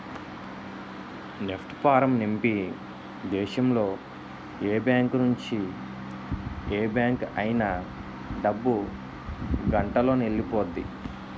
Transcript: NEFT form నింపి దేశంలో ఏ బ్యాంకు నుంచి ఏ బ్యాంక్ అయినా డబ్బు గంటలోనెల్లిపొద్ది